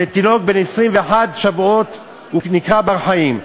שתינוק בן 21 שבועות נקרא בר-חיים.